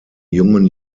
jungen